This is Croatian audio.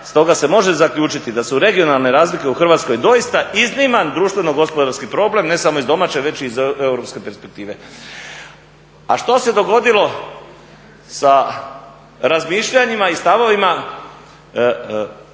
Stoga se može zaključiti da su regionalne razlike u Hrvatskoj doista izniman društveno gospodarski problem ne samo iz domaće već i iz europske perspektive. A što se dogodilo sa razmišljanjima i stavovima stručnjaka,